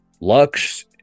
Lux